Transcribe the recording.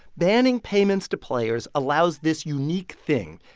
banning payments to players allows this unique thing,